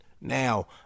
Now